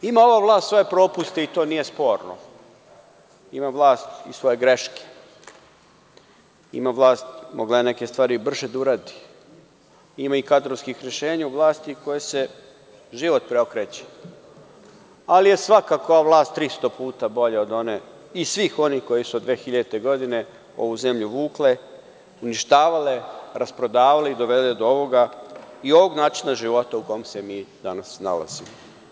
Ima ova vlast svoje propuste, i to nije sporno, ima ova vlast i svoje greške, mogla je neke stvari i brže da uradi, ima i kadrovskih rešenja u vlasti koje sve život preokreće, ali je svakako ova vlast 300 puta bolja od one i svih onih koji su od 2000. godine ovu zemlju vukle, uništavale, rasprodavale i dovele do ovoga i ovog načina života u kom se mi danas nalazimo.